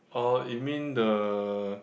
or you mean the